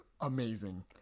amazing